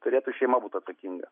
turėtų šeima būt atsakinga